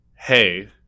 hey